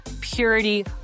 Purity